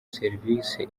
serivisi